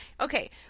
okay